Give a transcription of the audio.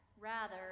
Rather